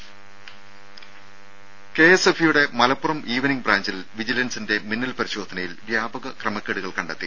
രും കെഎസ്എഫ്ഇ യുടെ മലപ്പുറം ഇൌവനിങ്ങ് ബ്രാഞ്ചിൽ വിജിലൻസിന്റെ മിന്നൽ പരിശോധനയിൽ വ്യാപക ക്രമക്കേടുകൾ കണ്ടെത്തി